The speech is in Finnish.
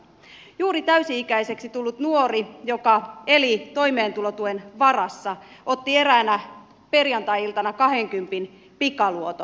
juuri täysi ikäiseksi tullut nuori joka eli toimeentulotuen varassa otti eräänä perjantai iltana kahdenkympin pikaluoton